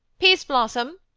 peaseblossom!